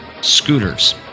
scooters